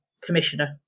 commissioner